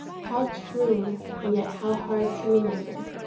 how true, and yet how hard to remember!